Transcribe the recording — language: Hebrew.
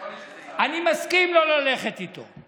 אני מסכים לא ללכת איתו.